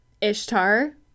Ishtar